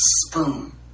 spoon